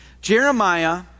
Jeremiah